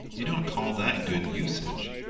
you don't call that good usage!